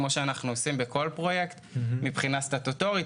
כמו שאנחנו עושים בכל פרויקט: מבחינה סטטוטורית,